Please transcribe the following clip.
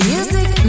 Music